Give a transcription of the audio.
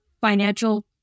financial